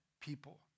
people